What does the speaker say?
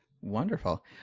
Wonderful